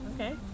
Okay